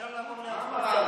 אפשר לעבור להצבעה.